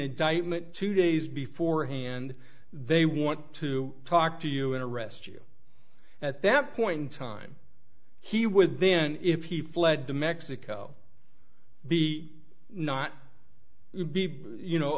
indictment two days before hand they want to talk to you and arrest you at that point in time he would then if he fled to mexico be not be you know